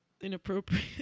inappropriate